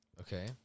Okay